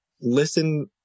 listen